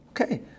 Okay